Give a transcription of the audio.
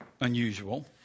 unusual